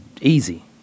easy